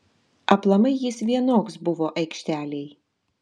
aplamai jis vienoks buvo aikštelėj